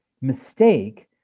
mistake